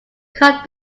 cut